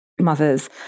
mothers